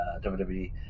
WWE